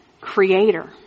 creator